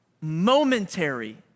momentary